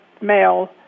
male